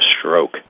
stroke